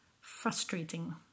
frustrating